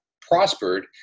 prospered